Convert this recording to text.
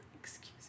Excuse